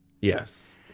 Yes